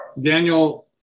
Daniel